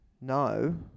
no